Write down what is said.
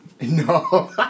No